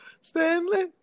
Stanley